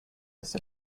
his